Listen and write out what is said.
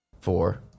four